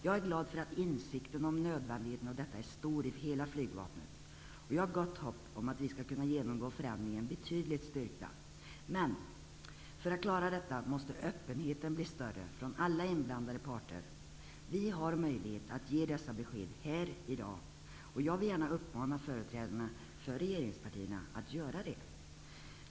Jag är glad att insikten om nödvändigheten av detta är stor inom hela flygvapnet, och jag har gott hopp om att vi skall kunna genomgå förändringen betydligt styrkta. För att klara detta måste dock öppenheten bli större från alla inblandade parter. Vi har möjlighet att ge dessa besked här i dag och jag vill gärna uppmana företrädarna för regeringspartierna att göra det.